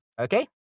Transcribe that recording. okay